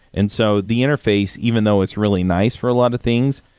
and so, the interface, even though it's really nice for a lot of things,